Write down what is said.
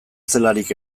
zelarik